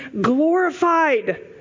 glorified